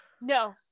No